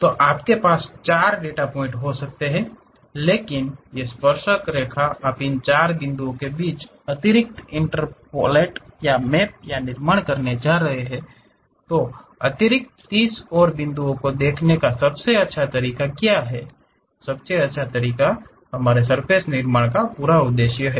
तो आपके पास 4 डेटा पॉइंट हो सकते हैं लेकिन ये स्पर्शक रेखा आप इन 4 बिंदुओं के बीच अतिरिक्त इंटरपोलेट या मॅप या निर्माण करने जा रहे हैं तो अतिरिक्त 30 और बिन्दुओ को दिखने का सबसे अच्छा तरीका क्या है तो वह इस सर्फ़ेस के निर्माण का पूरा उद्देश्य है